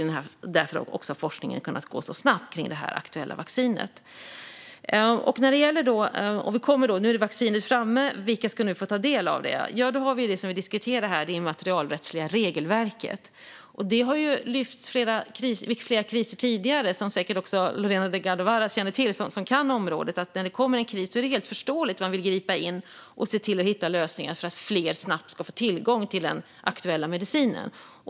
Därför har också forskningen kunnat gå så snabbt kring det här aktuella vaccinet. Nu är vaccinet framme, och vilka ska då få ta del av det? Då handlar det om det immaterialrättsliga regelverket, som vi har diskuterat här. Det har lyfts vid flera kriser tidigare, som säkert också Lorena Delgado Varas känner till eftersom hon kan området. När det kommer en kris är det helt förståeligt att man vill gripa in och se till att hitta lösningar för att fler snabbt ska få tillgång till den aktuella medicinen.